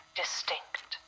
distinct